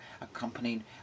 accompanied